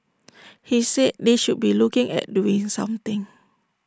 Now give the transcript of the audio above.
he said they should be looking at doing something